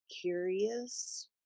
curious